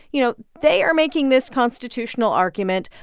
you know, they are making this constitutional argument.